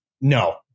no